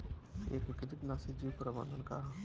एकीकृत नाशी जीव प्रबंधन का ह?